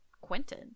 Quentin